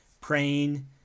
praying